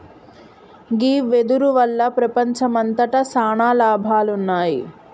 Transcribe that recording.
గీ వెదురు వల్ల ప్రపంచంమంతట సాన లాభాలున్నాయి